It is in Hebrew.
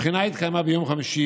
הבחינה התקיימה ביום חמישי,